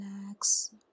Relax